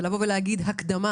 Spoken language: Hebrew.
ולהביא הקדמה